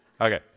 Okay